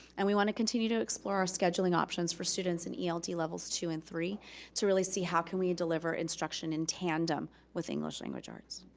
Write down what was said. and we want to continue to explore our scheduling options for students in eld yeah level two and three to really see how can we deliver instruction in tandem with english language arts.